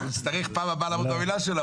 יצטרך פעם הבאה לעמוד במילה שלו.